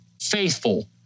faithful